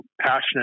passionate